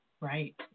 Right